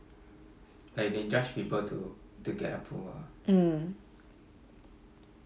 ah